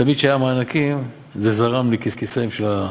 תמיד כשהיו מענקים זה זרם לכיסיהם של,